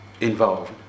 involved